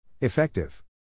Effective